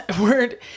word